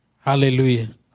Hallelujah